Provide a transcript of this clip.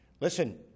Listen